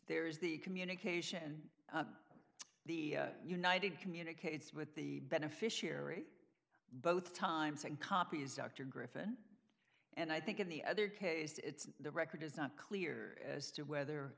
there is the communication the united communicates with the beneficiary both times and copies dr griffon and i think in the other case it's the record is not clear as to whether